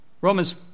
Romans